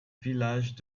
village